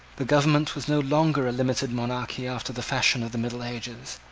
the government was no longer a limited monarchy after the fashion of the middle ages.